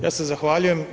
Ja se zahvaljujem.